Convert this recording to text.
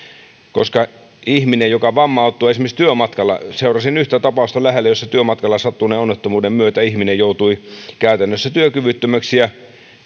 ihminen voi vammautua esimerkiksi työmatkalla seurasin yhtä tapausta läheltä jossa työmatkalla sattuneen onnettomuuden myötä ihminen joutui käytännössä työkyvyttömäksi ja